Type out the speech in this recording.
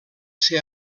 ser